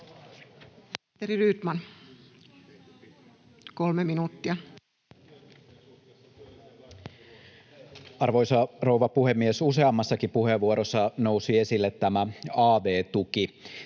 Arvoisa rouva puhemies! Useammassakin puheenvuorossa nousi esille tämä av-tuki.